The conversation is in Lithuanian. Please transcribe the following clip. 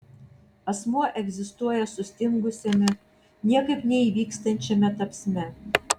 asmuo egzistuoja sustingusiame niekaip neįvykstančiame tapsme